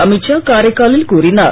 அமித்ஷா காரைக்காலில் கூறினார்